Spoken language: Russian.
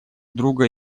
друга